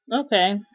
Okay